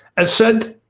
as said,